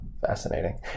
Fascinating